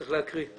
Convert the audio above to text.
צריך להקריא.